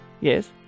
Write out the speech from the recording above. Yes